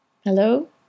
hello